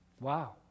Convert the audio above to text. Wow